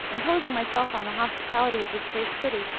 imposing myself on the hospitality of this great city,